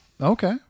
Okay